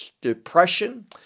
depression